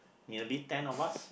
nearly ten of us